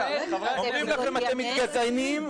אתם מתגזענים.